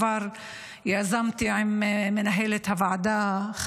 כבר יזמתי עם מנהלת הוועדה,